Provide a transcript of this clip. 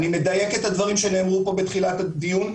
אני מדייק את הדברים שנאמרו פה בתחילת הדיון: